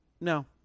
no